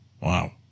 Wow